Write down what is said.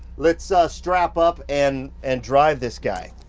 let's strap up and and drive this guy.